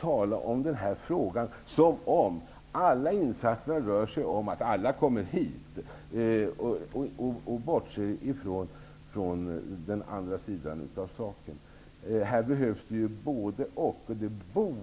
tala om den här frågan som om alla insatser rör sig om att alla kommer hit och att man bortser från den andra sidan av saken. I detta sammanhang behövs det både och.